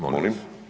Molim?